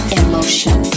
emotion